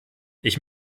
ich